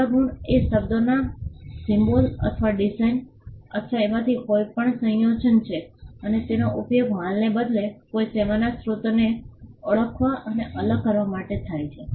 સેવા ગુણ એ શબ્દોના સિમ્બોલ અથવા ડિઝાઇન અથવા આમાંથી કોઈપણનું સંયોજન છે અને તેનો ઉપયોગ માલને બદલે કોઈ સેવાના સ્ત્રોતને ઓળખવા અને અલગ કરવા માટે થાય છે